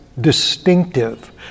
distinctive